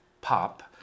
Pop